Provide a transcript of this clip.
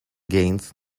gains